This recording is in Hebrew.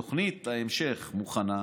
תוכנית ההמשך מוכנה,